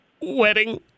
Wedding